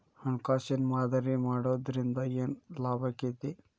ಹಣ್ಕಾಸಿನ್ ಮಾದರಿ ಮಾಡಿಡೊದ್ರಿಂದಾ ಏನ್ ಲಾಭಾಕ್ಕೇತಿ?